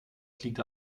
fliegt